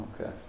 okay